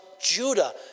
Judah